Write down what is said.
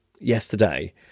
yesterday